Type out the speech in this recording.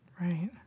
Right